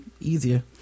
easier